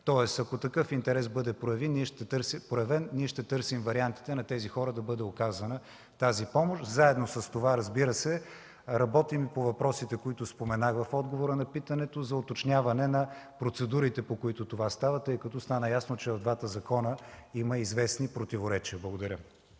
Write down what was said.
тоест ако такъв интерес бъде проявен, ние ще търсим вариантите на тези хора да бъде оказана тази помощ. Заедно с това работим и по въпросите, които споменах в отговора на питането – за уточняване на процедурите, по които това става. Стана ясно, че в двата закона има известни противоречия. Благодаря.